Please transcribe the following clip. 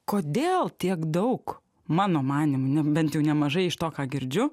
kodėl tiek daug mano manymu na bent jau nemažai iš to ką girdžiu